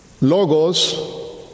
logos